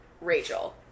Rachel